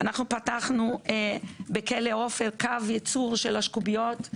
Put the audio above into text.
פתחנו בכלא עופר קו ייצור של אשקוביות,